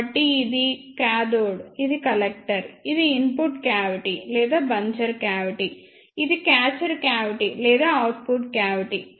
కాబట్టి ఇది కాథోడ్ ఇది కలెక్టర్ ఇది ఇన్పుట్ క్యావిటి లేదా బంచర్ క్యావిటి ఇది క్యాచర్ క్యావిటి లేదా అవుట్పుట్ క్యావిటి